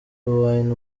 wine